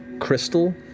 Crystal